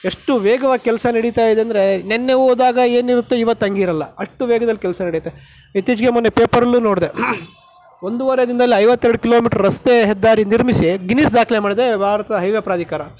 ಎಷ್ಟು ವೇಗವಾಗಿ ಕೆಲಸ ನಡೀತಾಯಿದೆ ಅಂದರೆ ನೆನ್ನೆ ಹೋದಾಗ ಏನಿರುತ್ತೆ ಇವತ್ತು ಹಾಗಿರಲ್ಲ ಅಷ್ಟು ವೇಗದಲ್ಲಿ ಕೆಲಸ ನಡಿಯುತ್ತೆ ಇತ್ತೀಚೆಗೆ ಮೊನ್ನೆ ಪೇಪರಲ್ಲೂ ನೋಡಿದೆ ಒಂದುವರೆ ದಿನದಲ್ಲಿ ಐವತ್ತೆರಡು ಕಿಲೋಮೀಟರ್ ರಸ್ತೆ ಹೆದ್ದಾರಿ ನಿರ್ಮಿಸಿ ಗಿನ್ನಿಸ್ ದಾಖಲೆ ಮಾಡಿದ ಭಾರತದ ಹೈ ವೇ ಪ್ರಾಧಿಕಾರ